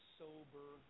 sober